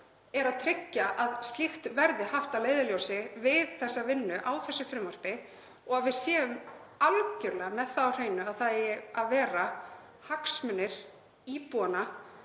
erum að tryggja að slíkt verði haft að leiðarljósi við vinnuna á þessu frumvarpi og að við séum algjörlega með það á hreinu að hagsmunir íbúanna